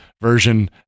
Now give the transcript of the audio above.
version